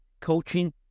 coaching